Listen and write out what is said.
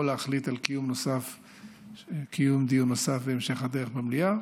להחליט על קיום דיון נוסף בהמשך הדרך במליאה,